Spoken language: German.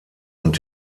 und